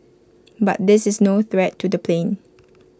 but this is no threat to the plane